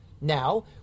Now